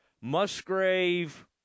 Musgrave